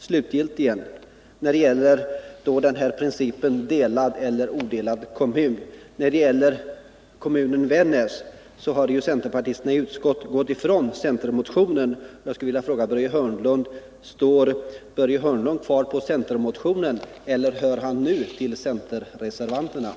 Slutligen när det gäller principen om delad eller odelad kommun: I fråga om kommunen Vännäs har centerpartisterna i utskottet gått ifrån centermotionen. Står Börje Hörnlund kvar på centermotionen, eller stödjer han centerledamöterna i utskottet?